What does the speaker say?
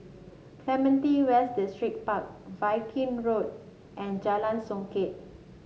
Clementi West Distripark Viking Road and Jalan Songket